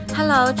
Hello